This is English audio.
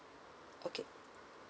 okay